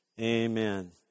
Amen